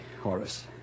Horace